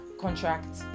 contract